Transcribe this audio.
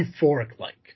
euphoric-like